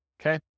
okay